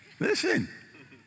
Listen